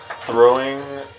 throwing